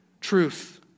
truth